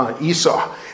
Esau